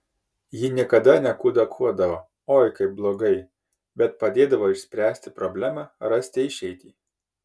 ji niekada nekudakuodavo oi kaip blogai bet padėdavo išspręsti problemą rasti išeitį